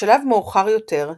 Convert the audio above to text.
בשלב מאוחר יותר,